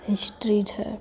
history છે